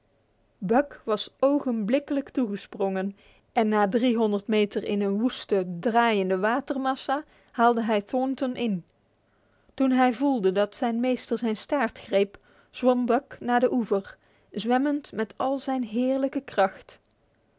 buck was ogenblikkelijk toegesprongen en na driehonderd meter in een woeste draaiende watermassa haalde hij thornton in toen hij voelde dat zijn meester zijn staart greep zwom buck naar de oever zwemmend met al zijn heerlijke kracht